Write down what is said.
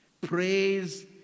Praise